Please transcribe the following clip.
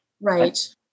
Right